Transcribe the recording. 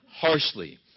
harshly